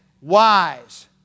Wise